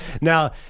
Now